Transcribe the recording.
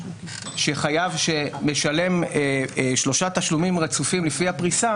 שחייב שמשלם שלושה תשלומים רצופים לפי הפריסה